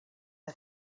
the